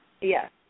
Yes